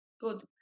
good